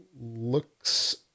looks